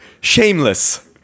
shameless